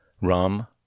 Rum